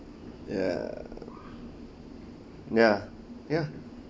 ya ya ya